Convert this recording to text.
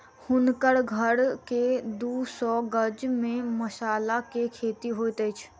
हुनकर घर के दू सौ गज में मसाला के खेती होइत अछि